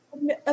no